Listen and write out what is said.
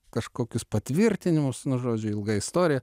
kažkokius patvirtinimus nuo žodžiu ilga istorija